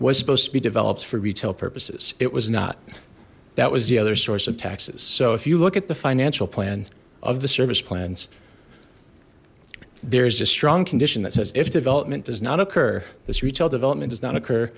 was supposed to be developed for retail purposes it was not that was the other source of taxes so if you look at the financial plan of the service plans there's a strong condition that says if development does not occur this retail development does not occur